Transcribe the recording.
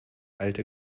alte